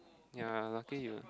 ya lucky